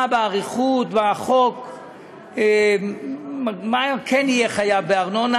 באריכות בחוק מה כן יהיה חייב בארנונה.